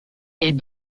est